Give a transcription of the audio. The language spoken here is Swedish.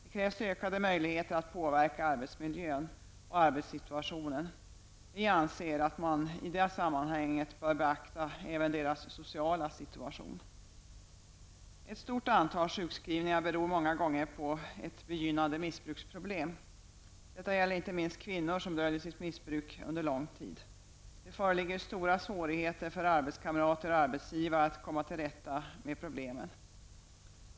Det krävs ökade möjligheter att påverka arbetsmiljön och arbetssituationen. Vi anser att man i det sammanhanget bör beakta även deras sociala situation. Ett stort antal sjukskrivningar beror många gånger på ett begynnande missbruksproblem. Detta gäller inte minst kvinnor, som döljer sitt missbruk under lång tid. Det föreligger stora svårigheter för arbetskamrater och arbetsgivare att komma till rätta med de problemen.